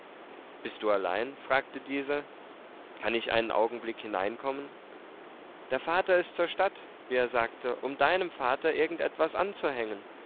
bist du allein fragte dieser kann ich einen augenblick hineinkommen der vater ist zur stadt wie er sagte um deinem vater irgend etwas anzuhängen